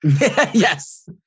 Yes